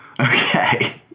Okay